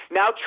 now